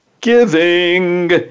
Giving